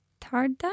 Tarda